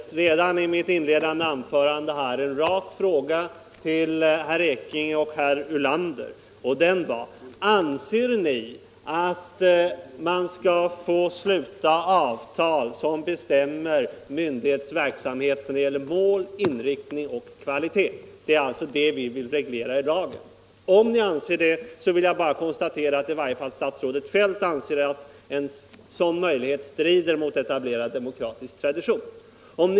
Men jag antar att ni godtar förbudet i praktiken.